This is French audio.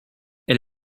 elle